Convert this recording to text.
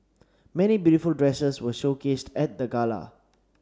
many beautiful dresses were showcased at the gala